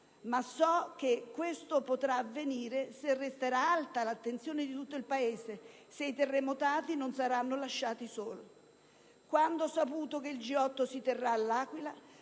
ma certo, ciò potrà avvenire se resterà alta l'attenzione dell'intero Paese, se i terremotati non saranno lasciati soli. Quando ho saputo che il G8 si terrà all'Aquila,